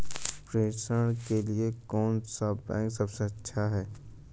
प्रेषण के लिए कौन सा बैंक सबसे अच्छा है?